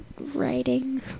writing